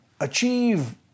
achieve